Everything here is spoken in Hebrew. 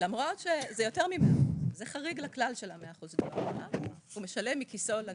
לניזוק - זה חריג לכלל של ה-100 אחוזים - 25 אחוזים